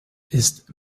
ist